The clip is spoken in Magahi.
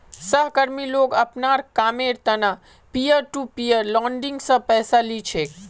सहकर्मी लोग अपनार कामेर त न पीयर टू पीयर लेंडिंग स पैसा ली छेक